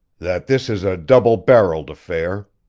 that this is a double-barreled affair.